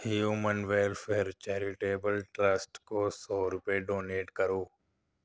human welfare charitable trust کو سو روپے ڈونیٹ کرو